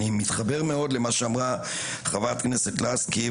אני מתחבר מאוד למה שאמרה חברת הכנסת לסקי,